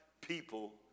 people